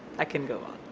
i can go on.